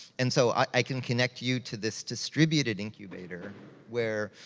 and so, i can connect you to this distributed incubator where,